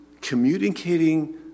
communicating